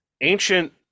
Ancient